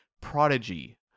Prodigy